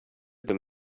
them